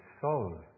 soul